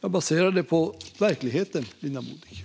Jag baserar det på verkligheten, Linda Modig.